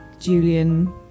Julian